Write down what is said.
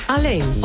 Alleen